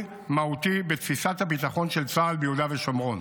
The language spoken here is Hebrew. מהותי בתפיסת הביטחון של צה"ל ביהודה ושומרון.